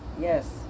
Yes